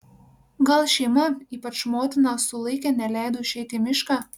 gal šeima ypač motina sulaikė neleido išeiti į mišką